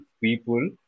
people